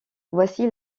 voici